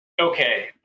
Okay